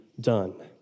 done